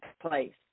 place